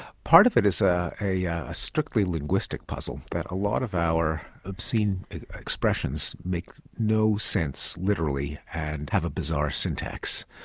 part of it is ah a yeah strictly linguistic puzzle, that a lot of our obscene expressions make no sense literally and have a bizarre syntax.